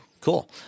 cool